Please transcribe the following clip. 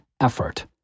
effort